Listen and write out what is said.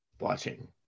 watching